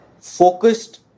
focused